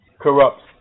corrupts